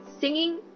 Singing